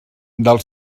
del